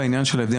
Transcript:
בעניין של ההבדלים,